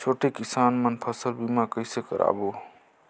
छोटे किसान मन फसल बीमा कइसे कराबो?